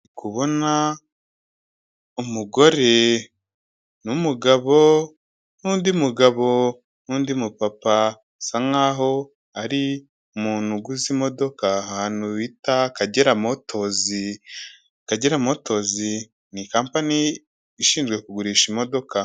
Ndi kubona umugore n'umugabo n'undi mugabo n'undi mupapa, bisa nkaho ari umuntu uguze imodoka, ahantu bita Akagera Motors, Akagera Motors ni kampani ishinzwe kugurisha imodoka.